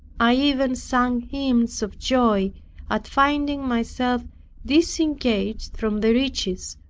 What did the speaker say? i even sang hymns of joy at finding myself disengaged from the riches,